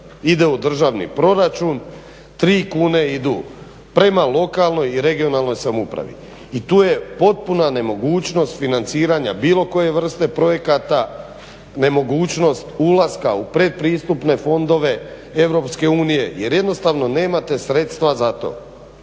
ide u državni proračun, 3 kune idu prema lokalnoj i regionalnoj samoupravi i tu je potpuna nemogućnost financiranja bilo koje vrste projekata, nemogućnost ulaska u pretpristupne fondove EU jer jednostavno nemate sredstva za to.